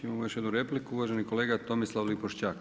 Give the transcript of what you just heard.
Imamo još jednu repliku, uvaženi kolega Tomislav Lipošćak.